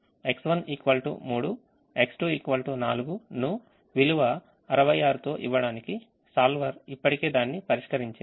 X1 3 X2 4 ను విలువ 66 తో ఇవ్వడానికి solver ఇప్పటికే దాన్ని పరిష్కరించింది